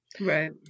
right